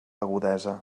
agudesa